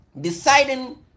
deciding